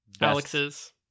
Alex's